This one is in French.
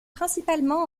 principalement